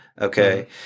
Okay